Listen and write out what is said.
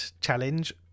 challenge